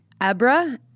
Abra